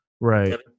Right